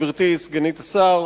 גברתי סגנית השר,